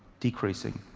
decreasing.